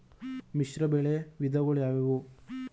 ಮಿಶ್ರಬೆಳೆ ವಿಧಗಳಾವುವು?